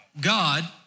God